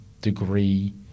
degree